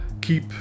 keep